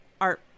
art